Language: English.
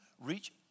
reach